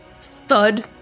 thud